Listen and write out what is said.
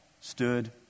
stood